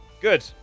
Good